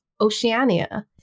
Oceania